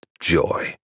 Joy